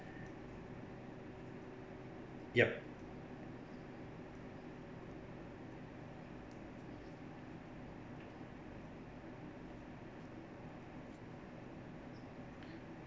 yup